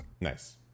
Nice